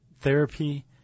therapy